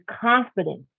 confidence